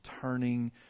turning